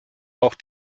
auch